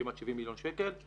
כמעט 70 מיליון שקל.